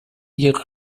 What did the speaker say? ihre